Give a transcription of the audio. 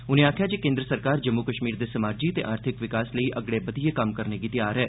उनें आक्खेआ जे केन्द्र सरकार जम्मू कश्मीर दे समाजिक ते आर्थिक विकास लेई अगड़े बधियै कम्म करने लेई तैयार ऐ